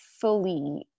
fully